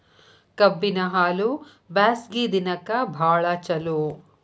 ಕಬ್ಬಿನ ಹಾಲು ಬ್ಯಾಸ್ಗಿ ದಿನಕ ಬಾಳ ಚಲೋ